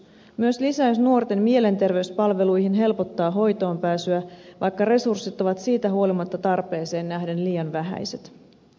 myös lisäys nuorten mielenterveyspalveluihin helpottaa hoitoonpääsyä vaikka resurssit ovat siitä huolimatta tarpeeseen nähden liian vähäiset